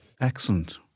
Excellent